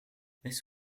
this